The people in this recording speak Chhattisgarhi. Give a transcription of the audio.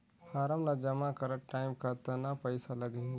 फारम ला जमा करत टाइम कतना पइसा लगही?